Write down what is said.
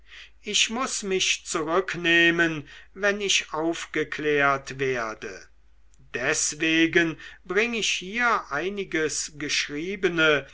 ich muß mich zurücknehmen wenn ich aufgeklärt werde deswegen bring ich hier einiges geschriebene